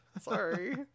sorry